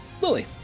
Lily